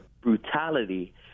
brutality